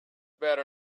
better